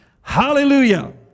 Hallelujah